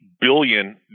billion